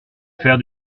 faire